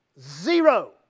zero